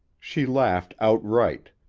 she laughed outright,